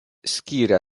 skyrė